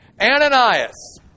Ananias